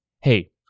hey